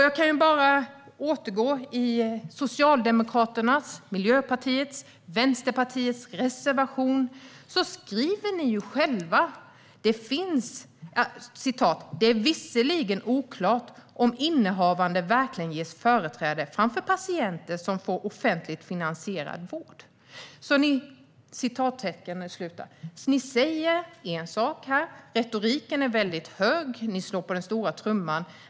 Jag återkommer till Socialdemokraternas, Miljöpartiets och Vänsterpartiets reservation. Ni skriver: "Det är visserligen oklart om innehavare verkligen ges företräde framför patienter som får offentligt finansierad vård." Ni säger en sak. Retoriken är på en hög nivå, och ni slår på den stora trumman.